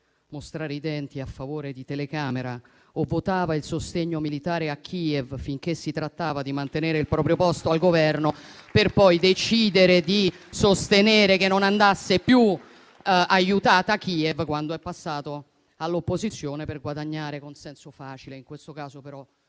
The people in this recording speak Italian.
mostrare i denti a favore di telecamera o votava il sostegno militare a Kiev finché si trattava di mantenere il proprio posto al Governo, per poi decidere di sostenere che Kiev non andasse più aiutata quando è passato all'opposizione per guadagnare consenso facile. In questo caso, però,